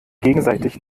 gegenseitig